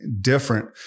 different